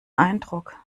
eindruck